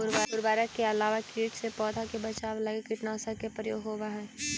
उर्वरक के अलावा कीट से पौधा के बचाव लगी कीटनाशक के प्रयोग होवऽ हई